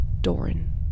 Doran